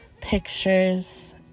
pictures